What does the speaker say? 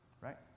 right